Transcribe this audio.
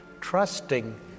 trusting